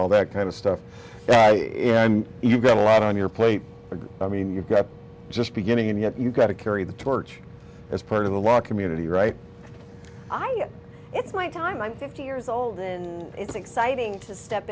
all that kind of stuff and you've got a lot on your plate i mean you've got just beginning and yet you've got to carry the torch as part of the law community right i know it's my time i'm fifty years old and it's exciting to step